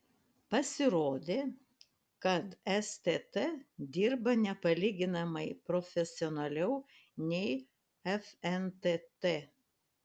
pasirodė kad stt dirba nepalyginamai profesionaliau nei fntt